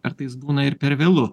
kartais būna ir per vėlu